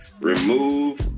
remove